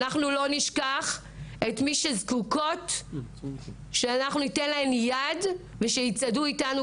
אנחנו לא נשכח את מי שזקוקות שניתן להן יד ושיצעדו איתנו,